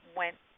went